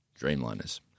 Dreamliners